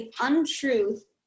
untruth